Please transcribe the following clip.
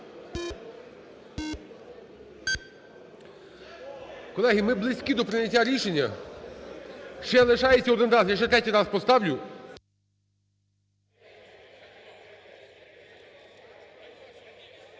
Колеги, ми близькі до прийняття рішення. Ще лишається один раз, я ще третій раз поставлю.